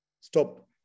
stop